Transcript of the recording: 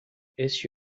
este